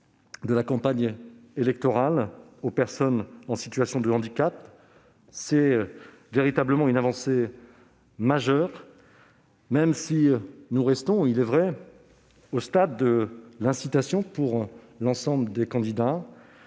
de la campagne électorale aux personnes en situation de handicap. C'est vraiment une avancée majeure. Certes, nous restons au stade de l'incitation pour l'ensemble des candidats,